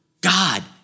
God